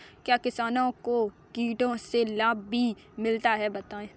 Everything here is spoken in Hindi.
क्या किसानों को कीटों से लाभ भी मिलता है बताएँ?